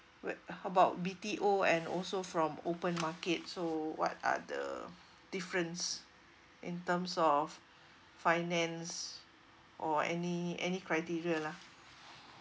about B_T_O and also from open market so what are the difference in terms of finance or any any criteria lah